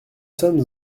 sommes